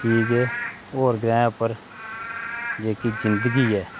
की जे होर ग्रैह् उप्पर जेह्की जिंदगी ऐ